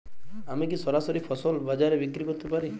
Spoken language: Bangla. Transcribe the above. আমি কি সরাসরি ফসল বাজারে বিক্রি করতে পারি?